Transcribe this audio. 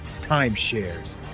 timeshares